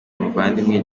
muvandimwe